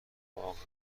واقعن